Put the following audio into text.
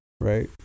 right